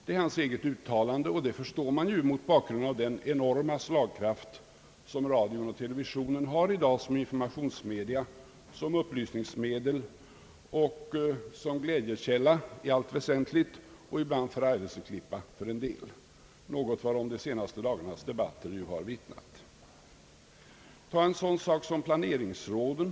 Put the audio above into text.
Det är hans eget uttalande, och det förstår man ju mot bakgrunden av den enorma slagkraft, som radion och televisionen i dag har som informationsmedia, som upplysningsmedel och som glädjekälla i allt väsentligt — ibland som förargelseklippa för en del, något som de senaste dagarnas debatter har omvittnat. Tag en sådan sak som planeringsråden!